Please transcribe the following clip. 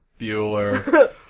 Bueller